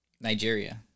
Nigeria